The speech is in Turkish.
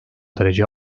derece